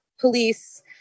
police